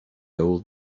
old